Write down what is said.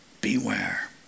beware